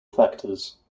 factors